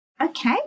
Okay